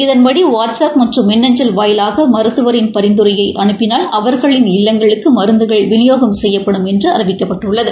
இதன்படி WhatsApp மற்றும் மின் அஞ்சல் வாயிலாக மருத்துவரின் பரிந்துரையை அனுப்பினால் அவர்களின் இல்லங்களுக்கு மருந்துகள் விநியோகம் செய்யப்படும் என்று அறிவிக்கப்பட்டுள்ளது